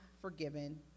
forgiven